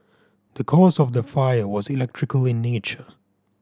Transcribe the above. the cause of the fire was electrical in nature